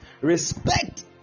Respect